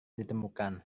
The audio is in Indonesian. ditemukan